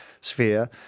sphere